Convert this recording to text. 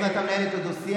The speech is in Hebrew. אם אתה מנהל איתו דו-שיח,